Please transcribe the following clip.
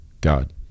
God